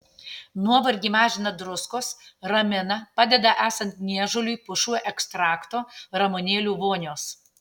nuovargį mažina druskos ramina padeda esant niežuliui pušų ekstrakto ramunėlių vonios